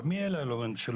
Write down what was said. מי אלה שלומדים?